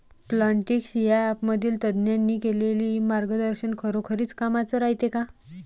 Plantix या ॲपमधील तज्ज्ञांनी केलेली मार्गदर्शन खरोखरीच कामाचं रायते का?